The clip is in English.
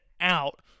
out